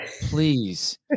please